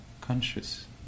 conscious